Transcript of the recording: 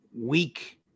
weak